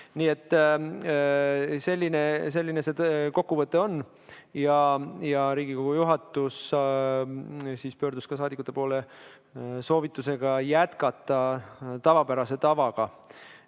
Nii et selline see kokkuvõte on. Riigikogu juhatus pöördus ka saadikute poole soovitusega jätkata tavapärase tavaga